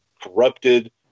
corrupted